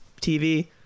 TV